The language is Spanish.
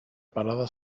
parada